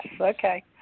okay